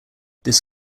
this